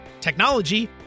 technology